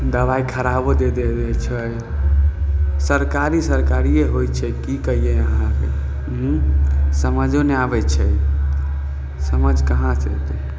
दबाइ खराबो दे दै छै सरकारी सरकारिये होय छै की कहियै अहाँके समझो नै आबय छै समझ कहाँ सऽ एतय